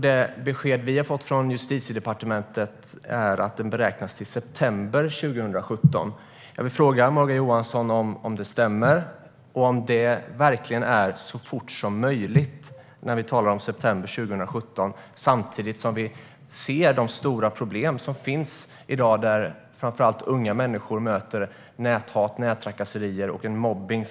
Det besked vi har fått från Justitiedepartementet är att detta beräknas till september 2017. Jag vill fråga Morgan Johansson om det stämmer och om det verkligen är så fort som möjligt. Vi talar om september 2017 samtidigt som vi ser de stora problem som finns i dag. Framför allt unga människor möter näthat, nättrakasserier och mobbning.